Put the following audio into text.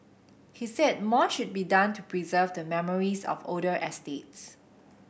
he said more should be done to preserve the memories of older estates